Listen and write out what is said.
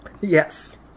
Yes